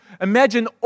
imagine